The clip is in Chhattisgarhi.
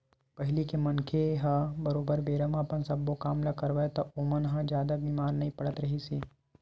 पहिली के मनखे मन ह बरोबर बेरा म अपन सब्बो काम ल करय ता ओमन ह जादा बीमार नइ पड़त रिहिस हे